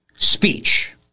Speech